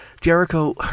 Jericho